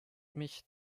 mich